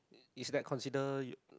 is that consider your